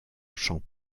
chant